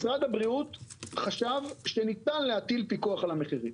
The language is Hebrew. משרד הבריאות חשב שניתן להטיל פיקוח על המחירים.